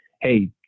hey